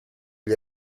gli